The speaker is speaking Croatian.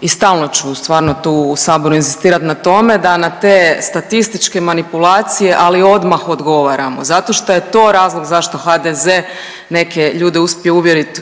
i stalno ću stvarno tu u Saboru inzistirati na tome da na te statističke manipulacije ali odmah odgovaramo zato što je to razlog zašto HDZ neke ljude uspije uvjerit